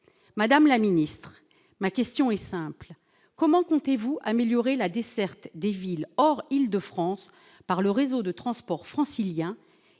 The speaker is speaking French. Madame la ministre, ma question est simple : comment comptez-vous améliorer la desserte des villes hors de l'Île-de-France par le réseau de transports francilien